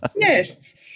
Yes